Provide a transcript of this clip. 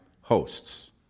hosts